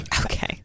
Okay